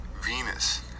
venus